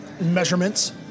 measurements